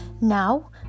Now